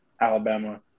Alabama